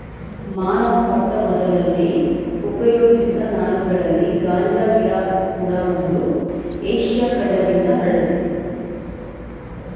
ಮಾನವ ಮೊಟ್ಟಮೊದಲಲ್ಲಿ ಉಪಯೋಗಿಸಿದ ನಾರುಗಳಲ್ಲಿ ಗಾಂಜಾ ಗಿಡ ಕೂಡ ಒಂದು ಏಷ್ಯ ಖಂಡದಿಂದ ಹರಡಿದೆ